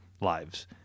lives